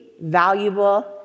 valuable